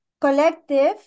collective